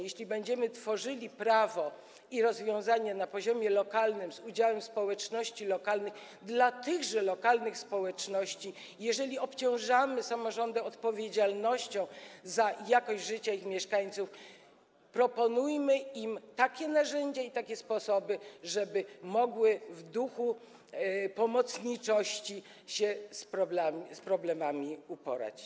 Jeśli będziemy tworzyli prawo i rozwiązania na poziomie lokalnym z udziałem społeczności lokalnej dla tychże lokalnych społeczności, jeżeli obciążymy samorządy odpowiedzialnością za jakość życia ich mieszkańców, proponujmy im takie narzędzia i takie sposoby, żeby mogły się w duchu pomocniczości z tymi problemami uporać.